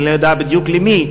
אני לא יודע בדיוק למי,